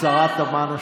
רק שנייה, השרה תמנו.